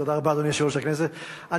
אדוני יושב-ראש הכנסת, תודה רבה.